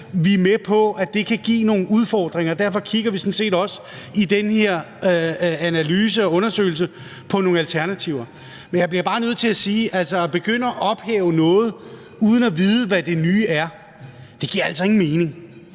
vi er med på, at det kan give nogle udfordringer, og derfor kigger vi sådan set også i den her analyse og undersøgelse på nogle alternativer. Men jeg bliver bare nødt til at sige, at det at begynde at ophæve noget uden at vide, hvad det nye er, altså ikke giver nogen mening.